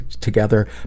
together